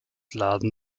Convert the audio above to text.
laden